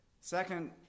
Second